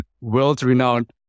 world-renowned